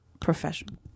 professional